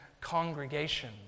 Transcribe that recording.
congregation